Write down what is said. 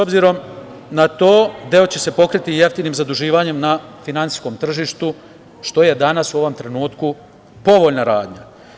Obzirom na to, deo će se pokriti jeftinim zaduživanjem na finansijskom tržištu, što je danas u ovom trenutku povoljna radnja.